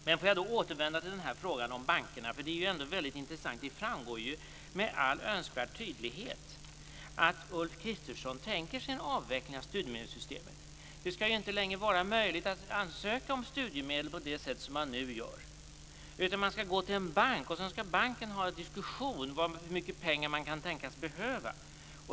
Låt mig återvända till frågan om bankerna. Det är ändå väldigt intressant. Det framgår med all önskvärd tydlighet att Ulf Kristersson tänker sig en avveckling av studiemedelssystemet. Det skall inte längre vara möjligt att ansöka om studiemedel på det sätt som man nu gör. I stället skall man gå till en bank, och sedan skall banken ha en diskussion om hur mycket pengar man kan tänkas behöva.